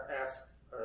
ask